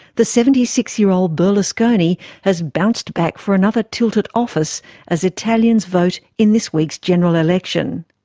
the seventy six year old berlusconi has bounced back for another tilt at office as italians vote in this week's general election.